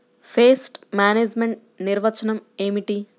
Pest management నిర్వచనం ఏమిటి?